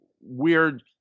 weird